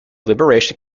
liberation